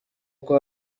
kuko